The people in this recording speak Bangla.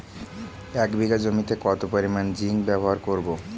এক বিঘা জমিতে কত পরিমান জিংক ব্যবহার করব?